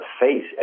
face